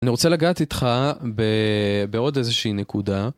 אני רוצה לגעת איתך בעוד איזושהי נקודה.